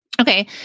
Okay